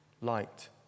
light